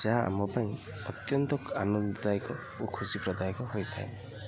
ଯାହା ଆମ ପାଇଁ ଅତ୍ୟନ୍ତ ଆନନ୍ଦଦାୟକ ଓ ଖୁସି ପ୍ରଦାୟକ ହୋଇଥାଏ